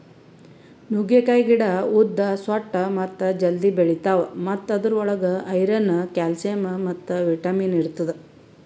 ನುಗ್ಗೆಕಾಯಿ ಗಿಡ ಉದ್ದ, ಸೊಟ್ಟ ಮತ್ತ ಜಲ್ದಿ ಬೆಳಿತಾವ್ ಮತ್ತ ಅದುರ್ ಒಳಗ್ ಐರನ್, ಕ್ಯಾಲ್ಸಿಯಂ ಮತ್ತ ವಿಟ್ಯಮಿನ್ ಇರ್ತದ